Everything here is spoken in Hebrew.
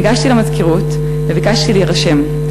ניגשתי למזכירות וביקשתי להירשם,